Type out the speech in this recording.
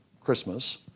Christmas